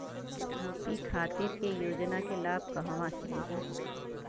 UP खातिर के योजना के लाभ कहवा से मिली?